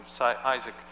Isaac